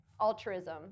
altruism